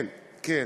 כן, כן.